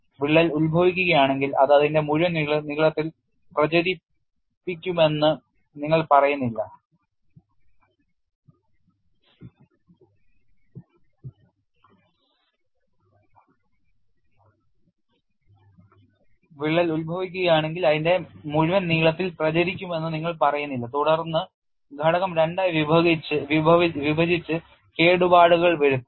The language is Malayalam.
വിള്ളൽ ഉത്ഭവിക്കുകയാണെങ്കിൽ അത് അതിന്റെ മുഴുവൻ നീളത്തിൽ പ്രചരിക്കുമെന്ന് നിങ്ങൾ പറയുന്നില്ല തുടർന്ന് ഘടകം രണ്ടായി വിഭജിച്ച് കേടുപാടുകൾ വരുത്തും